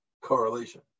correlation